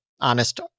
honest